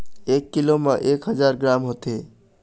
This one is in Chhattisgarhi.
एक कीलो म एक हजार ग्राम होथे